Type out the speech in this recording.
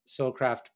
Soulcraft